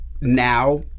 now